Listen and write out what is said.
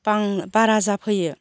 बारा जाफैयो